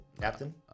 captain